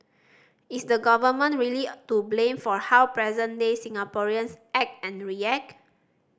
is the Government really to blame for how present day Singaporeans act and react